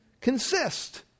consist